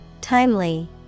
Timely